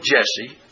Jesse